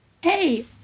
Hey